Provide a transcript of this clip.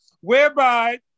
whereby